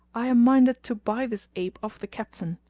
i am minded to buy this ape of the captain.